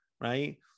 right